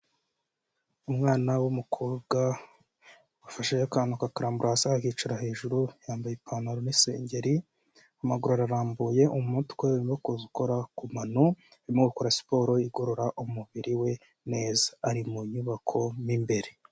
Umwana w'umukobwa wafashe akantu akakarambura hasi akakicara hejuru, yambaye ipantaro n'isengeri, amaguru ararambuye, umutwe urimo kuza ukora ku mano, arimo gukora siporo igorora umubiri we neza, ari mu nyubako mo imbere.